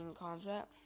contract